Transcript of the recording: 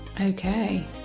Okay